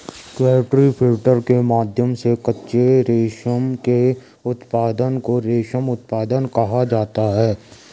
caterpillar के माध्यम से कच्चे रेशम के उत्पादन को रेशम उत्पादन कहा जाता है